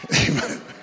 amen